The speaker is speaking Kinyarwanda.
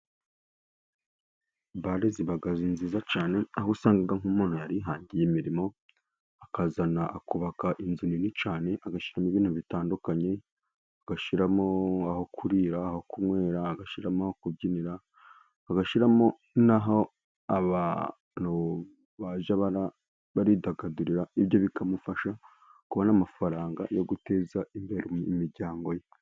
Bare ziba nziza cyane, aho usanga nk'umuntu yarihangiye imirimo, akazana akubaka inzu nini cyane, agashyiramo ibintu bitandukanye: agashyiramo aho kurira, aho kunywera, agashyiramo aho kubyinira, agashyiramo n'aho abantu bajya baridagadurira. Ibyo bikamufasha kubona amafaranga yo guteza imbere imiryango ye.